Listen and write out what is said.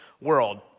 world